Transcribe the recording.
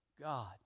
God